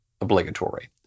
obligatory